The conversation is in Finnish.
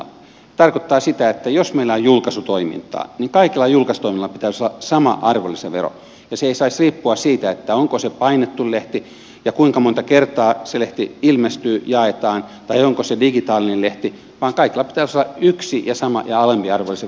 se tarkoittaa sitä että jos meillä on julkaisutoimintaa niin kaikella julkaisutoiminnalla pitäisi olla sama arvonlisävero ja se ei saisi riippua siitä onko se painettu lehti ja kuinka monta kertaa se lehti ilmestyy jaetaan tai onko se digitaalinen lehti vaan kaikilla pitäisi olla yksi ja sama ja alempi arvonlisäverokanta